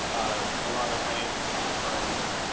a lot of financial so firms,